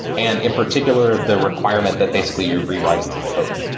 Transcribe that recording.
and in particular, the requirement that basically you rewrite code.